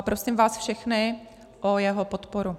Prosím vás všechny o jeho podporu.